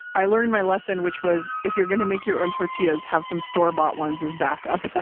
i learned my lesson, which was if you're going to make your own tortillas, have some store-bought ones as backup